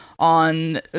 On